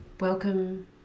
Welcome